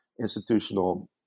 institutional